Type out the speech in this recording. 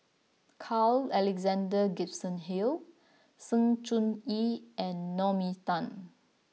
Carl Alexander Gibson Hill Sng Choon Yee and Naomi Tan